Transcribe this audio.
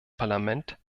parlament